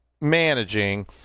managing